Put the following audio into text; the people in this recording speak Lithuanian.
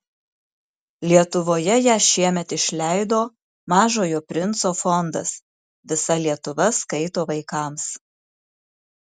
lietuvoje ją šiemet išleido mažojo princo fondas visa lietuva skaito vaikams